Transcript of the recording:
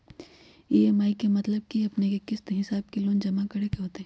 EMI के मतलब है कि अपने के किस्त के हिसाब से लोन जमा करे के होतेई?